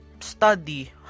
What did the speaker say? study